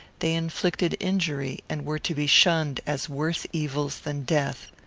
they inflicted injury, and were to be shunned as worse evils than death.